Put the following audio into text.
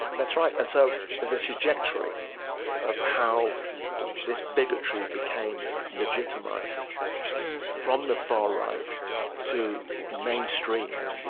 that's right. and so there's a trajectory of how this bigotry became legitimised from the far right to mainstream.